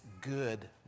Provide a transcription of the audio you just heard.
good